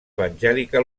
evangèlica